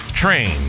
Train